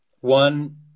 One